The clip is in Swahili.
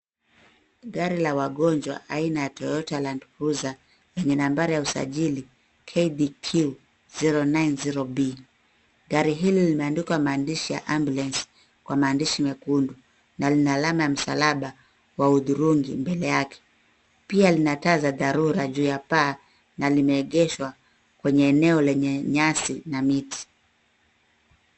Gari la wagonjwa aina ya toyota land cruiser lenye nambari ya usajili KDQ 090B.Gari hili limeandikwa maandishi ya ambulance kwa maandishi mekundu na lina alama ya msalaba wa hudhurugi mbele yake. Pia lina taa za dharura juu ya paa na limeengeshwa kwenye eneo lenye nyasi na miti.